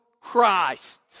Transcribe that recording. Christ